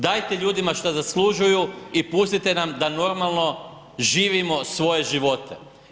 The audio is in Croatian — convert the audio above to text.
Dajte ljudima što zaslužuju i pustite nam da normalno živimo svoje živote.